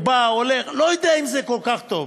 הוא בא, הולך, אני לא יודע אם זה כל כך טוב.